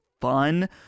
fun